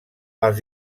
els